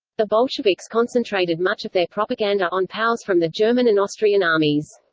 the bolsheviks concentrated much of their propaganda on pows from the german and austrian armies.